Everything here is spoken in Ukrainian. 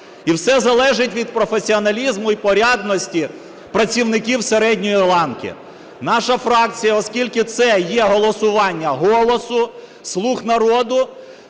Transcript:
І все залежить від професіоналізму і порядності працівників середньої ланки. Наша фракція, оскільки це є голосування "Голосу", "Слуг народу",